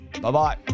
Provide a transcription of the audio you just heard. Bye-bye